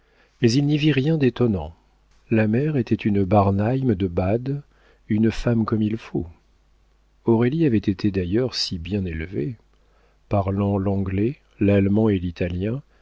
mais il n'y vit rien d'étonnant la mère était une barnheim de bade une femme comme il faut aurélie avait été d'ailleurs si bien élevée parlant l'anglais l'allemand et l'italien